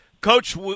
Coach